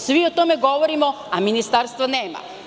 Svi o tome govorimo, a ministarstva nema.